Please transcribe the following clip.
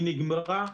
היא נגמרה,